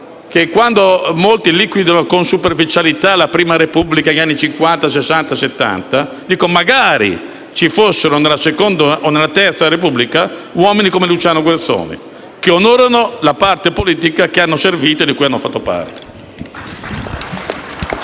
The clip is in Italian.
quando molti liquidano con superficialità la Prima Repubblica e gli anni Cinquanta, Sessanta e Settanta dico: magari ci fossero nella Seconda e nella Terza Repubblica uomini come Luciano Guerzoni, che onorano la parte politica che hanno servito e di cui hanno fatto parte!